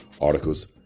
articles